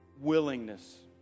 Willingness